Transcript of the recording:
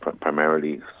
primarily